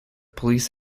police